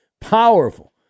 powerful